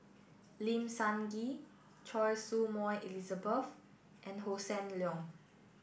Lim Sun Gee Choy Su Moi Elizabeth and Hossan Leong